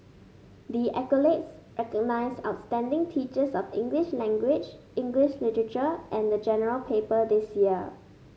the accolades recognise outstanding teachers of English language English literature and the General Paper this year